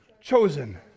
chosen